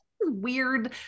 weird